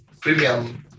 premium